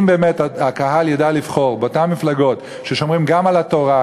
אם באמת הקהל ידע לבחור באותן מפלגות ששומרות גם על התורה,